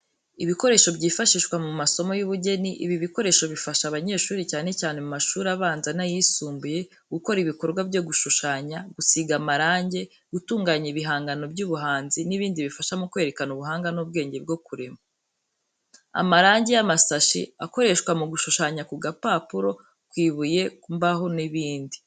Ibikoresho byifashishwa mu masomo y’ubugeni ibi bikoresho bifasha abanyeshuri, cyane cyane mu mashuri abanza n’ayisumbuye, gukora ibikorwa byo gushushanya, gusiga amarangi, gutunganya ibihangano by’ubuhanzi n’ibindi bifasha mu kwerekana ubuhanga n’ubwenge bwo kurema. Amarangi y’amasashi akoreshwa mu gushushanya ku gapapuro, ku ibuye, ku mbaho n'ibindi.